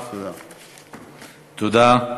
תודה.